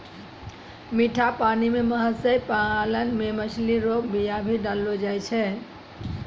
मीठा पानी मे मत्स्य पालन मे मछली रो बीया भी डाललो जाय छै